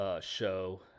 show